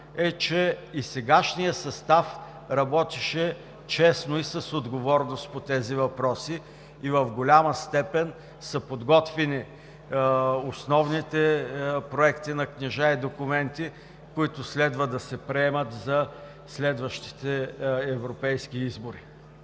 е, че и сегашният състав работеше честно и с отговорност по тези въпроси и в голяма степен са подготвени основните проекти на книжа и документи, които следва да се приемат за следващите европейски избори.